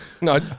no